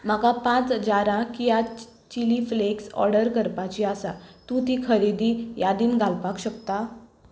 म्हाका पांच जारां किया चिली फ्लेक्स ऑर्डर करपाची आसा तूं ती खरेदी यादींत घालपाक शकता